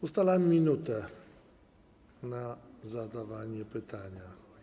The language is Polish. Ustalam minutę na zadanie pytania.